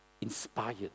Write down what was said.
inspired